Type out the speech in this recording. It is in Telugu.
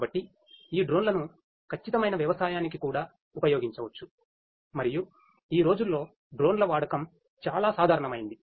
కాబట్టి ఈ డ్రోన్లను సరఇన వ్యవసాయానికి కూడా ఉపయోగించవచ్చు మరియు ఈ రోజుల్లో డ్రోన్ల వాడకం చాలా సాధారణమైంది